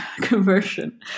conversion